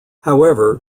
however